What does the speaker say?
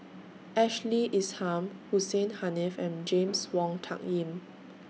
Ashley Isham Hussein Haniff and James Wong Tuck Yim